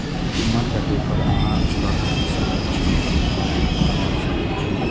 कीमत घटै पर अहां स्टॉक खरीद सकै छी आ लाभ कमा सकै छी